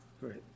Great